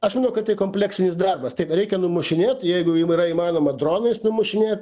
aš manau kad tai kompleksinis darbas taip reikia numušinėt jeigu jau yra įmanoma dronais numušinėt